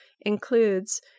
includes